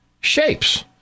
shapes